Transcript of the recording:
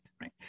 Right